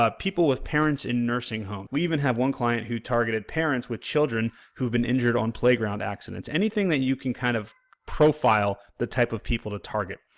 ah people with parents in nursing home. we even have one client who targeted parents with children who've injured on playground accidents. anything that you can kind of profile, the type of people to target.